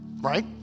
right